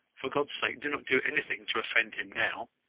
for god's sake do not do anything to offend him now!